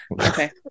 Okay